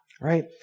right